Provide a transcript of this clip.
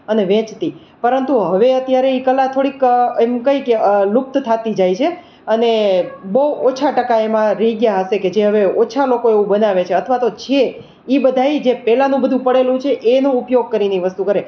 અને વેચતી પરંતુ હવે અત્યારે એ કલા થોડીક એમ કઈ કે લુપ્ત થતી જાય છે અને બહુ ઓછા ટકા એમ રહી ગયા હશે કે જે હવે ઓછા લોકો એવું બનાવે છે અથવા તો છે એ બધાય જે પહેલાંનું બધું પડેલું છે એનું ઉપયોગ કરીને એ વસ્તુ કરે